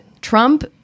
Trump